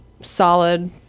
solid